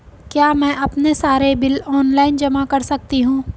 क्या मैं अपने सारे बिल ऑनलाइन जमा कर सकती हूँ?